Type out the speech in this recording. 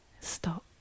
Stop